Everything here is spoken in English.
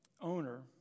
owner